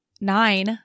nine